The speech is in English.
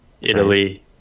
Italy